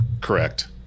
Correct